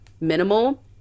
minimal